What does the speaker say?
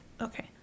okay